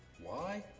why?